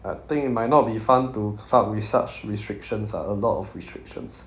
I think it might not be fun to club with such restrictions ah a lot of restrictions